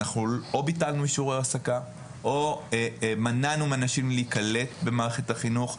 אנחנו או ביטלנו אישורי העסקה או מנענו מאנשים להיקלט במערכת החינוך.